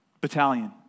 battalion